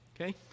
okay